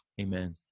Amen